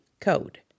code